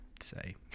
say